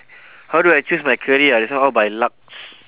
how do I choose my career ah this one all by luck